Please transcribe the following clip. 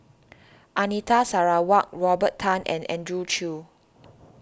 Anita Sarawak Robert Tan and Andrew Chew